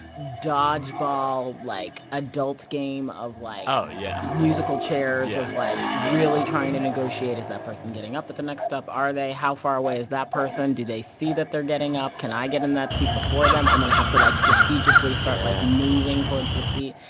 dodgeball, like, adult game of, like. oh, yeah. musical chairs of, like, really trying to negotiate, is that person getting up at the next stop? are they? how far away is that person? do they see that they're getting up? can i get in that seat before them? i'm going to have to, like, strategically start moving towards the seat,